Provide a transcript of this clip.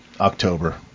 October